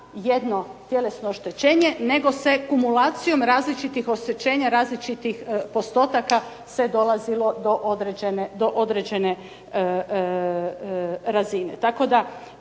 jedno tjelesno oštećenje nego se kumulacijom različitih oštećenja, različitih postotaka se dolazilo do određene razine.